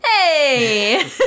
Hey